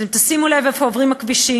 אתם תשימו לב איפה עוברים הכבישים,